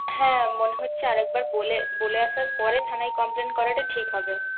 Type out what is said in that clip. হ্যাঁ মনে হচ্ছে আর একবার বলে আসার পরে থানায় কমপ্লেন করাটা ঠিক হবে